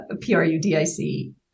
P-R-U-D-I-C